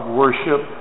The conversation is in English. worship